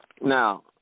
Now